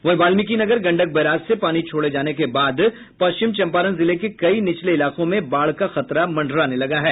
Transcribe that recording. वहीं वाल्मीकिनगर गंडक बराज से पानी छोड़े जाने के बाद पश्चिम चंपारण जिले के कई निचले इलाकों में बाढ़ का खतरा मंडराने लगा है